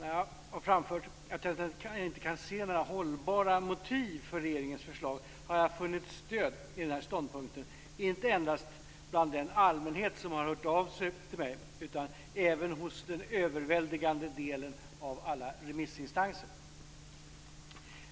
När jag har framfört att jag inte kan se några hållbara motiv för regeringens förslag har jag funnit stöd för denna ståndpunkt inte endast bland den allmänhet som har hört av sig till mig utan även hos den överväldigande delen av alla remissinstanser.